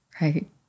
right